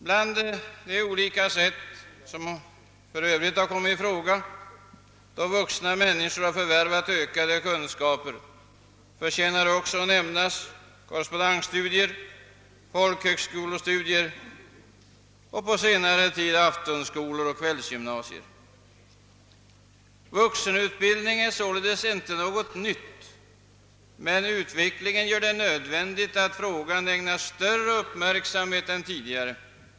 Bland de olika sätt som för övrigt kommit i fråga då vuxna människor har förvärvat ökade kunskaper förtjänar att nämnas korrespondenstudier, folkhögskolestudier och på senare tid studier i aftonskolor och kvällsgymnasier. Vuxenutbildning är således inte något nytt, men utvecklingen gör det nödvändigt att frågan ägnas större uppmärksamhet än tidigare.